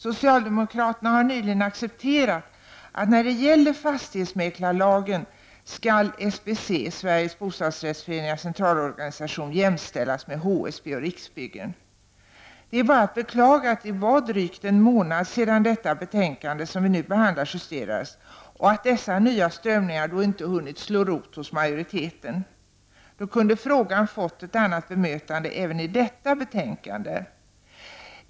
Socialdemokraterna har nyligen accepterat att i fastighetsmäklarlagen skall SBC, Sveriges bostadsrättsföreningars centralorganisation, jämställas med HSB och Riksbyggen. Det är bara att beklaga att det är drygt en månad sedan det betänkande som vi nu behandlar justerades och att dessa nya strömningar då inte hade hunnit slå rot hos majoriteten. Om så hade varit fallet, kunde frågan ha fått ett annat bemötande även i detta betänkande.